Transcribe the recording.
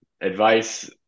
advice